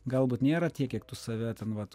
galbūt nėra tiek kiek tu save ten vat